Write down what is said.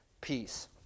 peace